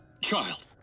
child